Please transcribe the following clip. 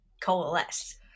coalesce